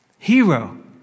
Hero